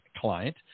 client